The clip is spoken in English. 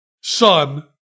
son